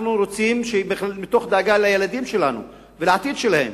אנחנו רוצים, מתוך דאגה לילדים שלנו ולעתיד שלהם,